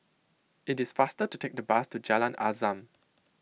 it is faster to take the bus to Jalan Azam